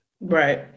Right